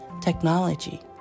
technology